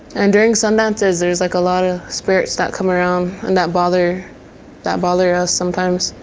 and during sun dances, there is like a lot of spirits that come around and that bother that bother us sometimes.